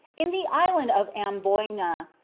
in the island of amboyna,